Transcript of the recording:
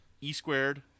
E-Squared